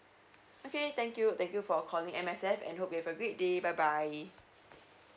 okay thank you thank you for calling M_S_F and hope you have a great day bye bye